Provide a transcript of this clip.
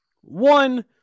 One